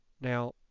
now